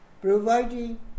providing